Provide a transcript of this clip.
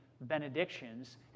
benedictions